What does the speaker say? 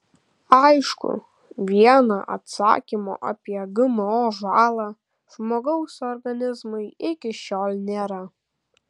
aišku viena atsakymo apie gmo žalą žmogaus organizmui iki šiol nėra